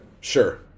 sure